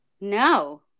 no